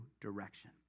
direction